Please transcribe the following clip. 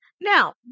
Now